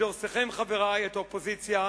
בדורסכם, חברי, את האופוזיציה,